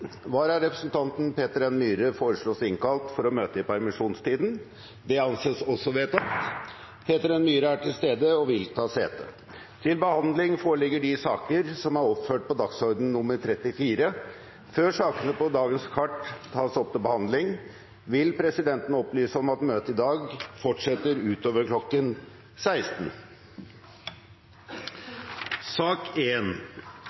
Vararepresentanten Peter N. Myhre innkalles for å møte i permisjonstiden, fra 15. desember og inntil videre. Peter N. Myhre er til stede og vil ta sete. Før sakene på dagens kart tas opp til behandling, vil presidenten opplyse om at møtet i dag fortsetter utover